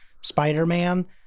spider-man